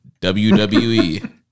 WWE